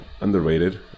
underrated